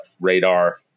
radar